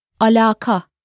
alaka